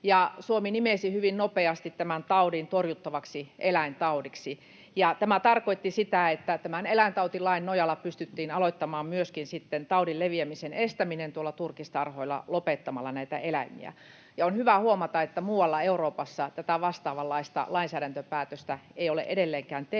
Suomi nimesi hyvin nopeasti tämän taudin torjuttavaksi eläintaudiksi. Tämä tarkoitti sitä, että eläintautilain nojalla pystyttiin aloittamaan myöskin taudin leviämisen estäminen turkistarhoilla lopettamalla näitä eläimiä. On hyvä huomata, että muualla Euroopassa tätä vastaavanlaista lainsäädäntöpäätöstä ei ole edelleenkään tehty,